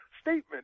statement